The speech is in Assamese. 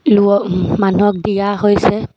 লো মানুহক দিয়া হৈছে